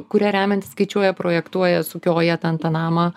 kuria remiantis skaičiuoja projektuoja sukioja ten tą namą